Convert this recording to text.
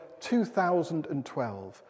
2012